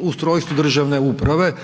ustrojstvu državne uprave